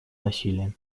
насилия